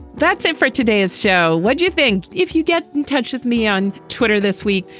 that's it for today's show. what do you think if you get in touch with me on twitter this week?